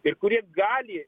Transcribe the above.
ir kurie gali